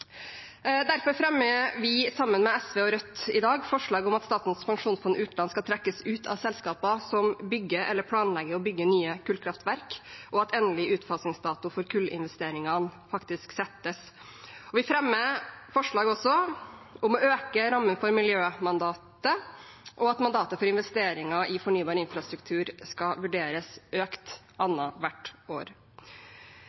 Derfor fremmer vi sammen med SV og Rødt i dag forslag om at Statens pensjonsfond utland skal trekkes ut av selskaper som bygger, eller planlegger å bygge, nye kullkraftverk, og at endelig utfasingsdato for kullinvesteringene faktisk settes. Vi fremmer også forslag om å øke rammen for miljømandatet, og at mandatet for investeringer i fornybar infrastruktur skal vurderes økt